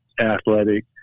athletic